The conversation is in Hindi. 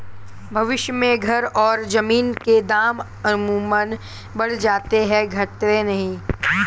भविष्य में घर और जमीन के दाम अमूमन बढ़ जाते हैं घटते नहीं